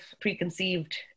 preconceived